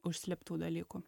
užslėptų dalykų